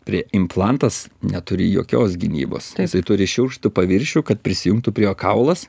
prie implantas neturi jokios gynybos jisai turi šiurkštų paviršių kad prisijungtų prie jo kaulas